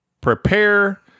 prepare